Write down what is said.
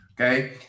okay